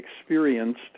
experienced